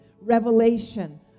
revelation